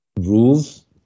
rules